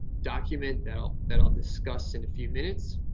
document that i'll that i'll discuss in a few minutes.